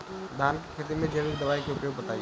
धान के खेती में जैविक दवाई के उपयोग बताइए?